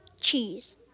Cheese